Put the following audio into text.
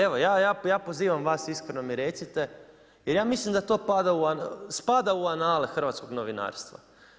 Evo, ja pozivam vas, iskreno mi recite jer ja mislim da to spada u anale hrvatskog novinarstva.